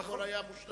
והכול היה מושלם.